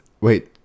Wait